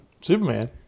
Superman